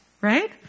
right